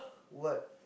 what